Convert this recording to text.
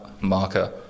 marker